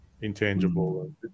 intangible